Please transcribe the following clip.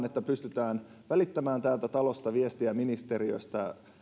että pystytään välittämään täältä talosta ja ministeriöstä viestiä